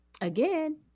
again